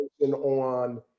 On